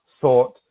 thought